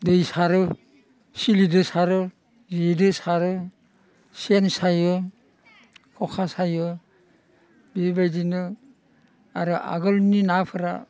दै सारो सिलिजों सारो जेजों सारो सेन सायो ख'खा सायो बेबायदिनो आरो आगोलनि नाफोरा